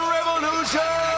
Revolution